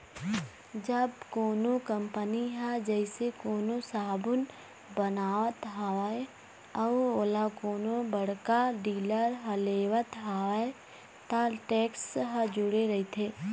जब कोनो कंपनी ह जइसे कोनो साबून बनावत हवय अउ ओला कोनो बड़का डीलर ह लेवत हवय त टेक्स ह जूड़े रहिथे